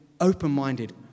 open-minded